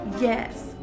Yes